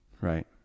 Right